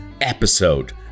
episode